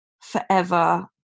forever